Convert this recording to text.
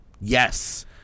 Yes